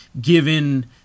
given